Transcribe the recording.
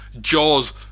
jaws